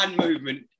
movement